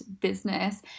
business